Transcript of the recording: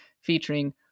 featuring